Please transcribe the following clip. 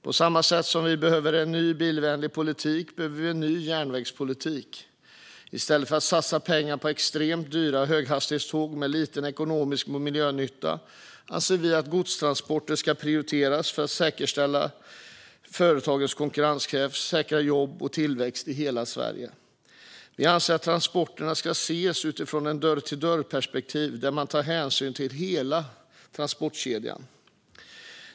På samma sätt som vi behöver en ny bilvänlig politik behöver vi en ny järnvägspolitik. I stället för att satsa pengar på extremt dyra höghastighetståg med liten ekonomi och miljönytta anser vi att godstransporter ska prioriteras för att säkerställa företagens konkurrenskraft och säkra jobb och tillväxt i hela Sverige. Vi anser att transporterna ska ses utifrån ett dörr-till-dörr-perspektiv, där man tar hänsyn till hela transportkedjan.